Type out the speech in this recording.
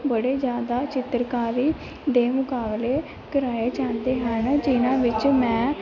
ਬੜੇ ਜ਼ਿਆਦਾ ਚਿੱਤਰਕਾਰੀ ਦੇ ਮੁਕਾਬਲੇ ਕਰਵਾਏ ਜਾਂਦੇ ਹਨ ਜਿਨ੍ਹਾਂ ਵਿੱਚ ਮੈਂ